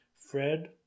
Fred